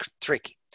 tricky